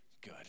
good